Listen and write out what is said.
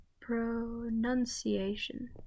Pronunciation